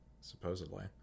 supposedly